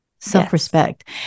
self-respect